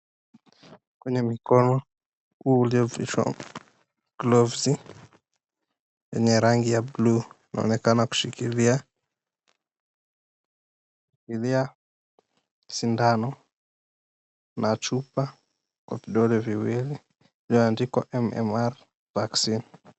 Kuna mkono huu uliovishwa glovsi wenye rangi ya bluu zinaonekana kushikilia sindano na chupwa kwa vidole viwili ilioandikwa, MMR Vaccine.